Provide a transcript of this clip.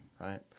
right